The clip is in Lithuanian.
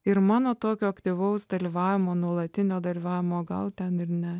ir mano tokio aktyvaus dalyvavimo nuolatinio dalyvavimo gal ten ir ne